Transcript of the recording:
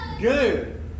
Good